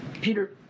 Peter